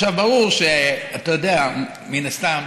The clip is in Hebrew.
עכשיו ברור, אתה יודע, מן הסתם,